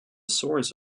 source